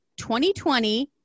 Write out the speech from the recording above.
2020